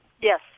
Yes